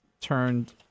turned